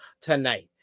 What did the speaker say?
tonight